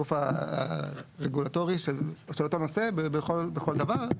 את הגוף הרגולטורי של אותו נושא בכל דבר.